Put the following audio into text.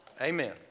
Amen